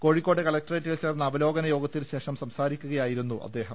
കോഴിക്കോട് കലക്ടറേറ്റിൽ ചേർന്ന അവലോകത്തിന് യോഗത്തിനുശേഷം സംസാരിക്കുകയായിരുന്നു അദ്ദേഹം